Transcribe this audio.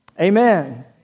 Amen